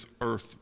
earth